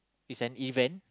is an event